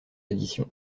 édition